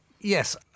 Yes